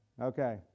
okay